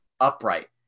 upright